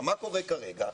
מה קורה כרגע?